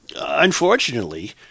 unfortunately